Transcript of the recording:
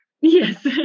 Yes